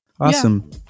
Awesome